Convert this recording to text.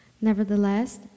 Nevertheless